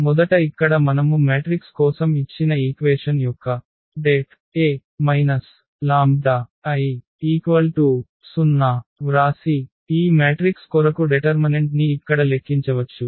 మొదట ఇక్కడ మనము మ్యాట్రిక్స్ కోసం ఇచ్చిన ఈక్వేషన్ యొక్క det A λI 0 వ్రాసి ఈ మ్యాట్రిక్స్ కొరకు డెటర్మనెంట్ ని ఇక్కడ లెక్కించవచ్చు